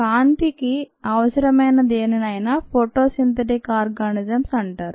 కాంతికి అవసరమైన దేనినైనా photosynthetic organisms అంటారు